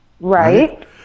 Right